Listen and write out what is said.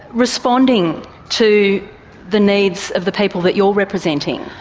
responding to the needs of the people that you're representing?